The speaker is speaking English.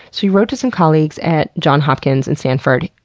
so he wrote to some colleagues at johns hopkins and stanford.